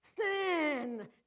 sin